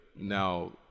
now